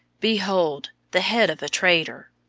behold the head of a traitor!